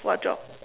what job